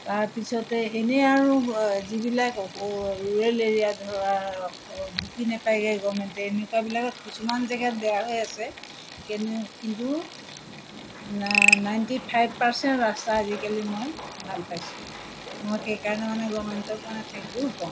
তাৰপিছতে এনেই আৰু যিবিলাক ৰুৰেল এৰিয়া ধৰা ঢুকি নেপায়গৈ গভৰ্ণমেণ্টে এনেকুৱাবিলাকত কিছুমান জেগাত বেয়া হৈ আছে কিনো কিন্তু না নাইণ্টি ফাইভ পাৰ্চেণ্ট ৰাস্তা আজিকালি মই ভাল পাইছোঁ মই সেইকাৰণে মানে গভৰ্ণমেণ্টক মানে থেংক ইউ ক'ম